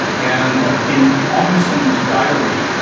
and in amundsen's diary,